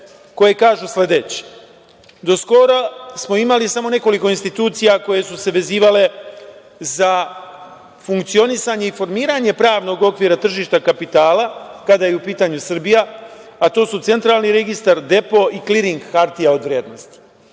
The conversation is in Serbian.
koje kažu sledeće. Do skoro smo imali samo nekoliko institucija koje su se vezivale za funkcionisanje i formiranje pravnog okvira tržišta kapitala, kada je u pitanju Srbija, a to su Centralni registar, depo i kliring hartija od vrednosti.